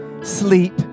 sleep